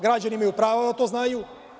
Građani imaju pravo da to znaju.